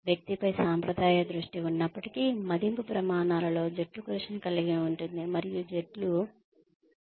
వ్యక్తిపై సాంప్రదాయ దృష్టి ఉన్నప్పటికీ మదింపు ప్రమాణాలలో జట్టుకృషిని కలిగి ఉంటుంది మరియు జట్లు మదింపు యొక్క కేంద్రంగా ఉంటాయి